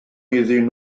iddyn